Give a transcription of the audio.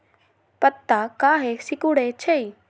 पत्ता काहे सिकुड़े छई?